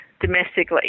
domestically